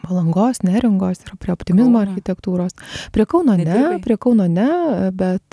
palangos neringos ir prie optimizmo architektūros prie kauno ne prie kauno ne bet